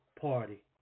party